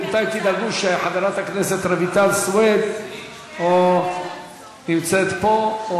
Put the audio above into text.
בינתיים תדאגו שחברת הכנסת רויטל סויד תימצא פה,